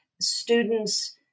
students